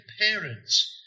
parents